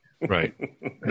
Right